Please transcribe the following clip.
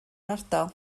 ardal